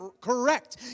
Correct